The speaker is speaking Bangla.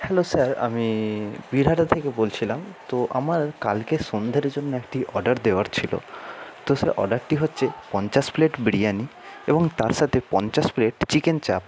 হ্যালো স্যার আমি বীরহাটা থেকে বলছিলাম তো আমার কালকের সন্ধের জন্য একটি অর্ডার দেওয়ার ছিলো তো স্যার অর্ডারটি হচ্ছে পঞ্চাশ প্লেট বিরিয়ানি এবং তার সাতে পঞ্চাশ প্লেট চিকেন চাপ